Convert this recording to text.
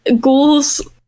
ghouls